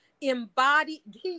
embodied